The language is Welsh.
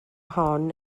hon